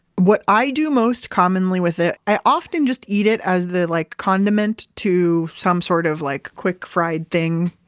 what i do most commonly with it, i often just eat it as the like condiment to some sort of like quick fried thing,